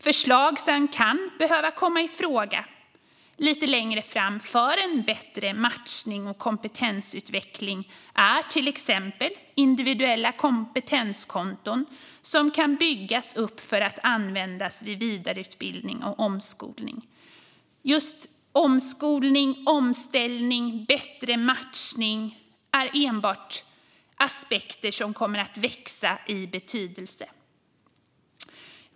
Förslag som kan behöva komma i fråga lite längre fram för bättre matchning och kompetensutveckling är till exempel individuella kompetenskonton som kan byggas upp för att användas vid vidareutbildning och omskolning. Just omskolning, omställning och bättre matchning är aspekter som enbart kommer att växa i betydelse.